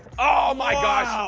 oh my gosh! wow!